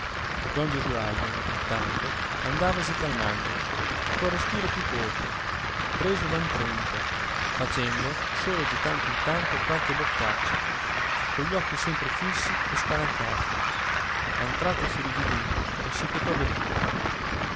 don gesualdo intanto andavasi calmando col respiro più corto preso da un tremito facendo solo di tanto in tanto qualche boccaccia cogli occhi sempre fissi e spalancati a un tratto s'irrigidì e si chetò del tutto